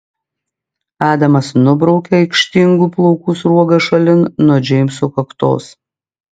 adamas nubraukia aikštingų plaukų sruogas šalin nuo džeimso kaktos